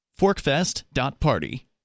ForkFest.Party